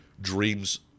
dreams